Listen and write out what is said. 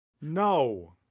No